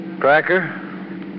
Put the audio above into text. Cracker